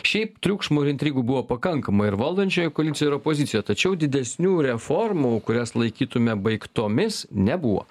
šiaip triukšmo ir intrigų buvo pakankamai ir valdančiojoj koalicijoj ir opozicijoj tačiau didesnių reformų kurias laikytume baigtomis nebuvo